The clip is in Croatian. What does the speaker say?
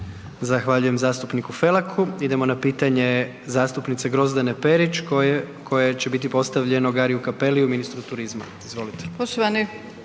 Gordan (HDZ)** Idemo na pitanje zastupnice Grozdane Perić koje će biti postavljeno Gariu Cappelliu ministru turizma. Izvolite.